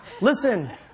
listen